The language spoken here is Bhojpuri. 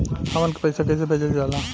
हमन के पईसा कइसे भेजल जाला?